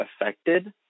affected